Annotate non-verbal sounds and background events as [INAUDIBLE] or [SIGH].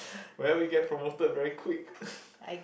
well you get promoted very quick [BREATH]